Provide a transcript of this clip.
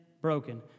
broken